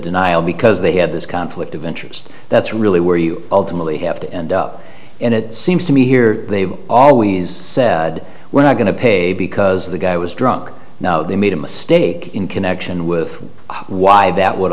denial because they have this conflict of interest that's really where you ultimately have to end up and it seems to me here they've always said we're not going to pay because the guy was drunk now they made a mistake in connection with why that would